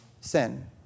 sin